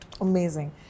amazing